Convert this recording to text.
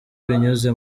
binyuze